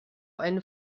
einen